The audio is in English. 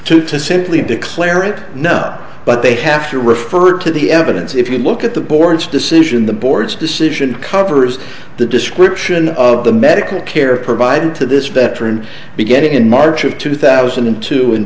to to simply declare it no but they have to refer to the evidence if you look at the board's decision the board's decision covers the description of the medical care provided to this veteran to get it in march of two thousand and two in